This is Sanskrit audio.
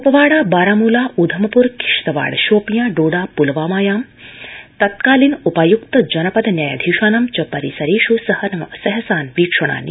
क्पवाडा बारामूला उधमप्र किश्तवाड शोपियां डोडा प्लवामाया तत्कालीन उपाय्क्त जनपद न्यायाधीशानां च परिसरेष् सहसान्वीक्षणानि संजायन्ते